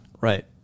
Right